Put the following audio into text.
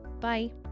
Bye